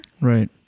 Right